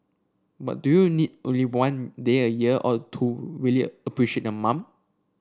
but do you need only one day a year all to really appreciate your mom